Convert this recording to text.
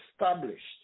established